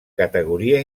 categoria